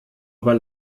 über